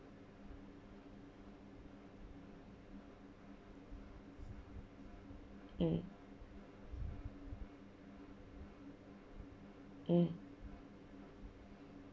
mm mm